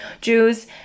Jews